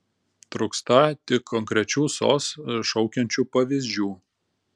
trūkstą tik konkrečių sos šaukiančių pavyzdžių